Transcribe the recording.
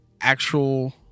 actual